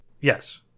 Yes